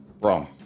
Wrong